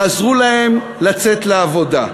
תעזרו להם לצאת לעבודה.